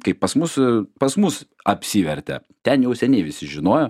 kaip pas mus pas mus apsivertė ten jau seniai visi žinojo